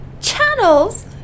Channels